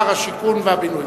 שר הבינוי והשיכון.